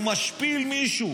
הוא משפיל מישהו,